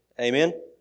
Amen